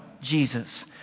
Jesus